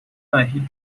نه، هیچ